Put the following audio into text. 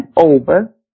over